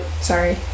sorry